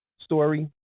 story